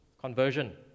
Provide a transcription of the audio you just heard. conversion